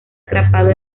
atrapado